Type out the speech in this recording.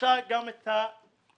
מחלישה גם את הנגב.